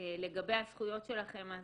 לגבי הזכויות שלכם.